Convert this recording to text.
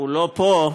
הוא לא פה,